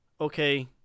okay